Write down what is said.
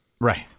Right